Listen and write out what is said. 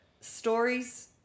stories